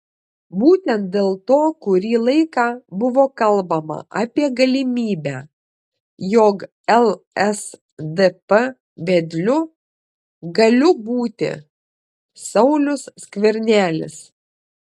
būtent dėl to kurį laiką buvo kalbama apie galimybę jog lsdp vedliu galiu būti saulius skvernelis